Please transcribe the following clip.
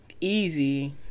easy